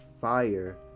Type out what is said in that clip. fire